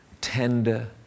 tender